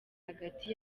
hagati